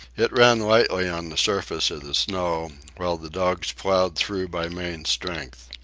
it ran lightly on the surface of the snow, while the dogs ploughed through by main strength.